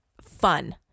fun